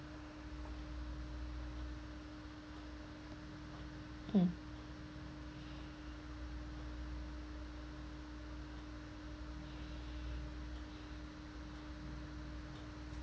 mm